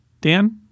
Dan